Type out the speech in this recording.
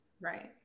Right